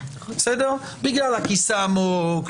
בגלל הכיסא העמוק,